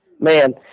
man